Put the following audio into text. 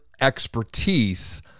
expertise